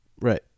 right